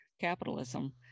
capitalism